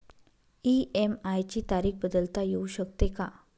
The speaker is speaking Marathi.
इ.एम.आय ची तारीख बदलता येऊ शकते का?